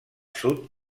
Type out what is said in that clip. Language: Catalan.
sud